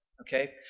Okay